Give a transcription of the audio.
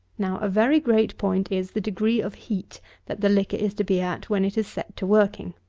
now, a very great point is, the degree of heat that the liquor is to be at when it is set to working.